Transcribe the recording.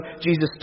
Jesus